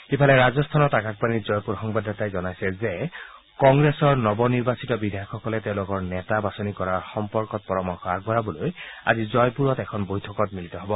ইফালে ৰাজস্থানত আকাশবাণীৰ জয়পুৰ সংবাদদাতাই জনাইছে যে কংগ্ৰেছৰ নতুনকৈ নিৰ্বাচিত বিধায়কসকলে তেওঁলোকৰ নেতা বাছনি কৰাৰ সম্পৰ্কত পৰামৰ্শ আগবঢ়াবলৈ আজি জয়পুৰত এখন বৈঠকত মিলিত হ'ব